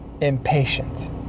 impatient